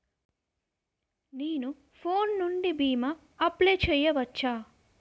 నేను ఫోన్ నుండి భీమా అప్లయ్ చేయవచ్చా?